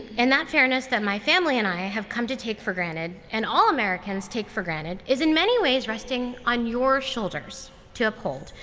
and that fairness that my family and i have come to take for granted, and all americans take for granted, is in many ways resting on your shoulders to uphold.